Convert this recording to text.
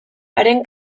haren